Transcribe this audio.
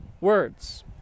words